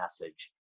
message